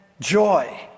joy